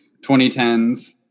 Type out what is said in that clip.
2010s